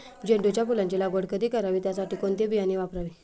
झेंडूच्या फुलांची लागवड कधी करावी? त्यासाठी कोणते बियाणे वापरावे?